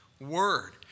word